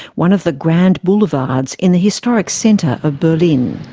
one of the grand boulevards in the historic centre of berlin.